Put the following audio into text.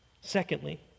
Secondly